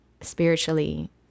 spiritually